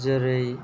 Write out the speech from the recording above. जेरै